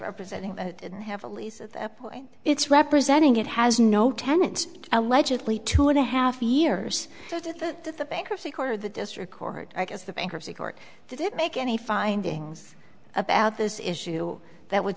representing didn't have a lease at that point it's representing it has no tenant allegedly two and a half years to the bankruptcy court or the district court i guess the bankruptcy court didn't make any findings about this issue that would